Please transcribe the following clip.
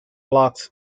blocks